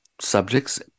subjects